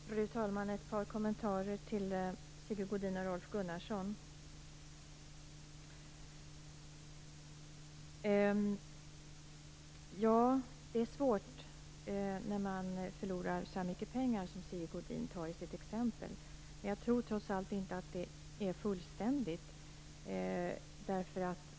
Fru talman! Ett par kommentarer till Sigge Godin och Rolf Gunnarsson. Det är svårt när man förlorar så mycket pengar som Sigge Godin nämner i sitt exempel. Jag tror trots allt inte att det är fullständigt så mycket.